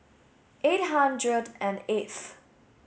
eight hundred and eighth